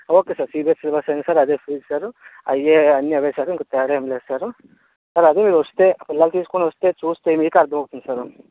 okay sir CBSE syllabus అయిన sir అదే fees sir అయ్యే అన్నీ అవే సారు ఇంకా తేడా ఏం లేదు సారు సార్ అదే మీరు వస్తే పిల్లల్ని తీసుకొని వస్తే చూస్తే మీకే అర్దం అవుతుంది సారు